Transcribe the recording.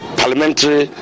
parliamentary